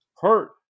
hurt